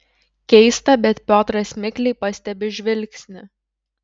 keista bet piotras mikliai pastebi žvilgsnį